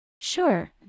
Sure